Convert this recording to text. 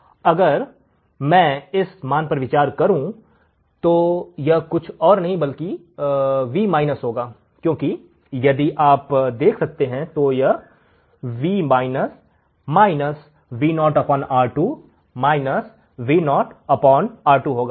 और अगर मैं इस मान पर विचार करूं तो यह कुछ और नहीं बल्कि V होगा क्योंकि यदि आप यहां देख सकते हैं तो यह R2 Vo R2 होगा